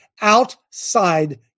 outside